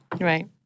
Right